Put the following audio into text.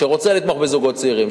שרוצה לתמוך בזוגות צעירים,